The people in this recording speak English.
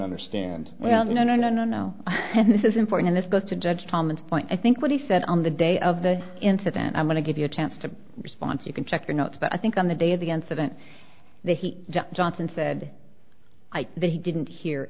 understand well no no no no no this is important this goes to judge thomas point i think what he said on the day of the incident i'm going to give you a chance to response you can check your notes but i think on the day of against event the johnson said that he didn't hear